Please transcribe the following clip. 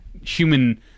human